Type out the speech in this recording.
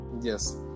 Yes